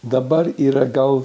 dabar yra gal